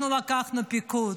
אנחנו לקחנו פיקוד.